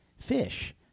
fish